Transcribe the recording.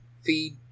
feed